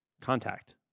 contact